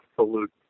absolute